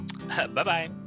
bye-bye